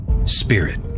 Spirit